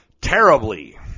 Terribly